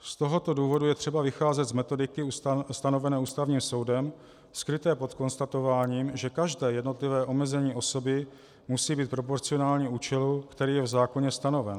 Z tohoto důvodu je třeba vycházet z metodiky stanovené Ústavním soudem skryté pod konstatováním, že každé jednotlivé omezení osoby musí být proporcionální účelu, který je v zákoně stanoven.